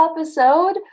episode